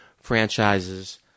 franchises